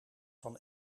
van